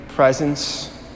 presence